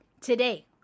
Today